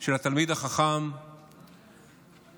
של התלמיד החכם רוטמן.